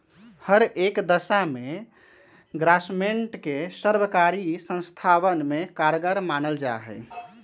हर एक दशा में ग्रास्मेंट के सर्वकारी संस्थावन में कारगर मानल जाहई